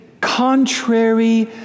Contrary